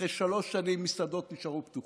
אחרי שלוש שנים, מסעדות נשארו פתוחות.